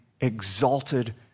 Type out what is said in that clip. exalted